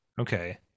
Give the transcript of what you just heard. okay